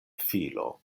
filo